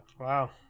Wow